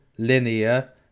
Linear